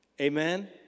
Amen